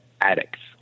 addicts